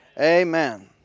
Amen